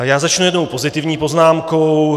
Já začnu jednou pozitivní poznámkou.